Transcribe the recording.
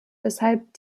weshalb